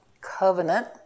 covenant